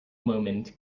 moment